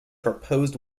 proposed